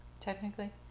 Technically